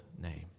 name